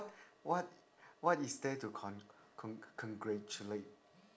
what what is there to con~ con~ congratulate